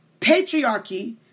patriarchy